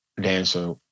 dancer